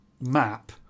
map